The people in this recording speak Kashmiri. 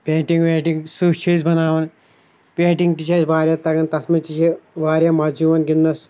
پینٹِنٛگ وینٹِنٛگ سٕہہ چھِ أسۍ بَناوان پینٹِنٛگ تہِ چھَ اَسہِ واریاہ تَگان تَتھ منٛز تہِ چھِ واریاہ مَزٕ یِوان گِنٛدنَس